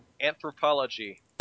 Anthropology